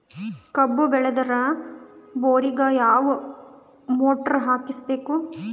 ಕಬ್ಬು ಬೇಳದರ್ ಬೋರಿಗ ಯಾವ ಮೋಟ್ರ ಹಾಕಿಸಬೇಕು?